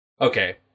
Okay